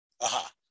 Aha